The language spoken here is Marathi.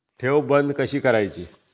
ठेव बंद कशी करायची?